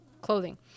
clothing